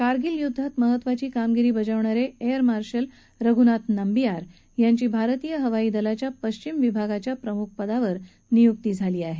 कारगील युद्वात महत्त्वाची कामगिरी करणारे एयर मार्शल रघुनाथ नंबियार यांची भारतीय हवाई दलाच्या पश्चिम विभागाच्या प्रमुखपदावर नियुक्ती झाली आहे